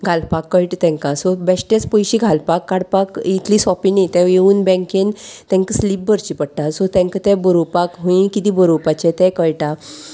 घालपाक कळटा तांकां सो बेश्टेच पयशे घालपाक काडपाक इतली सोंपी न्ही ते येवन बँकेन तांकां स्लीप भरची पडटा सो तांकां तें बरोवपाक हूंय कितें बरोवपाचें तें कळटा